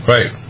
Right